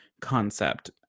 concept